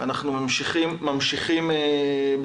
אנחנו ממשיכים בפעילות.